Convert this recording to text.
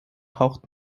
taucht